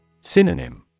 Synonym